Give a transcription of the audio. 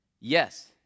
Yes